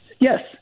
Yes